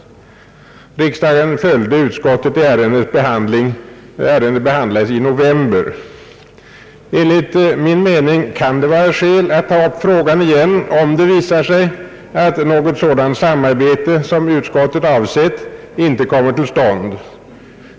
Riks Enligt min mening kan det finnas skäl att ta upp frågan igen, om det visar sig att något sådant samarbete som utskottet avsett inte kommer till stånd.